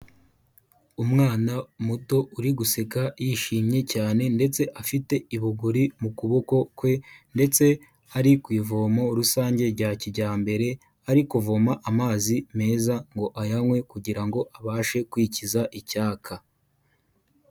Umwana muto uri guseka yishimye cyane ndetse afite ibuguri mu kuboko kwe, ndetse ari ku ivomo rusange rya kijyambere, ari kuvoma amazi meza ngo ayanywe, kugira ngo abashe kwikiza icyaka.